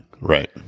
Right